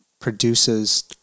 produces